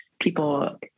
people